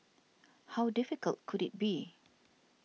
how difficult could it be